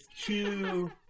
two